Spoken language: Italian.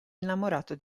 innamorato